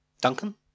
Duncan